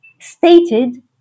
stated